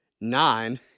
nine